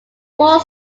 four